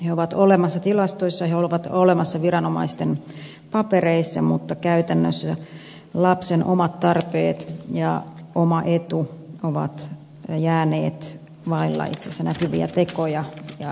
he ovat olemassa tilastoissa he ovat olemassa viranomaisten papereissa mutta käytännössä lapsen omat tarpeet ja oma etu ovat jääneet vailla näkyviä tekoja ja näkyvää huolta